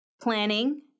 planning